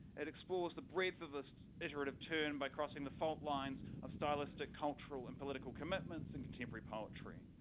it explores the breadth of this iterative turn by crossing the fault lines of stylistic cultural and political commitments in contemporary poetry.